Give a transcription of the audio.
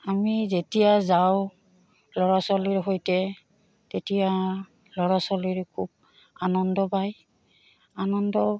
আমি যেতিয়া যাওঁ ল'ৰা ছোৱালীৰ সৈতে তেতিয়া ল'ৰা ছোৱালীৰ খুব আনন্দ পায় আনন্দ